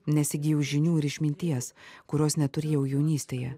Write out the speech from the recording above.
nes įgijau žinių ir išminties kurios neturėjau jaunystėje